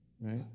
right